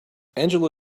angela